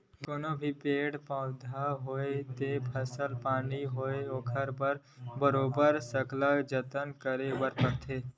कोनो भी पेड़ पउधा होवय ते फसल पानी होवय ओखर बर बरोबर सकल जतन करे बर परथे